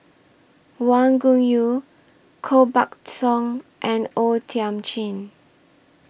Wang Gungwu Koh Buck Song and O Thiam Chin